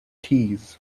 keys